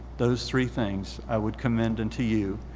those three things i would commend unto you.